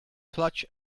clutch